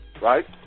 Right